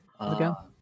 Okay